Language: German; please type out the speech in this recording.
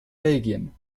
belgien